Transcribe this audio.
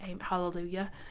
Hallelujah